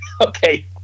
okay